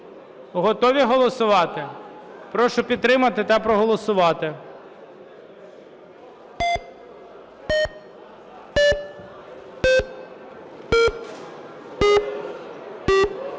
Готові голосувати? Прошу підтримати та проголосувати.